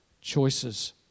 choices